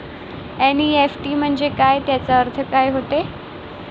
NEFT म्हंजे काय, त्याचा अर्थ काय होते?